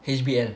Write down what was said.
H_B_L